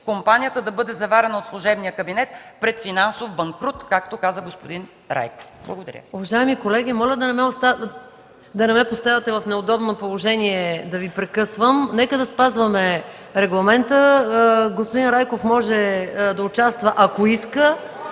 компанията да бъде заварена от служебния кабинет пред финансов банкрут, както каза господин Райков? Благодаря.